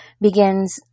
begins